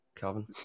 Calvin